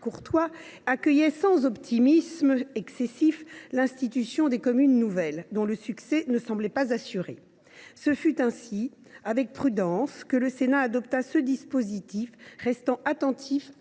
Courtois, accueillait « sans optimisme excessif » l’institution des communes nouvelles, dont le succès ne semblait pas assuré. Ce fut ainsi avec prudence que le Sénat adopta ce dispositif, restant attentif